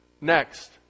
Next